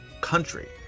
country